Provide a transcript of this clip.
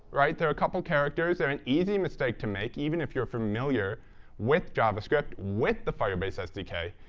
right? they're a couple of characters. they're an easy mistake to make, even if you're familiar with javascript, with the firebase sdk.